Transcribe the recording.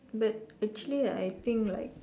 but actually I think like